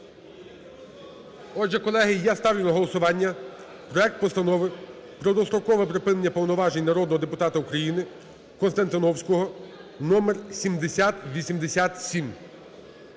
Отже, колеги, я ставлю на голосування проект Постанови про дострокове припинення повноважень народного депутата України Константіновського, номер 7087.